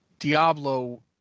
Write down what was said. diablo